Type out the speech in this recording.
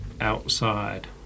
outside